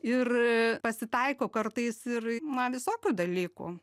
ir pasitaiko kartais ir man visokių dalykų